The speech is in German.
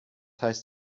heißt